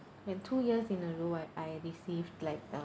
when two years in a row I I received like a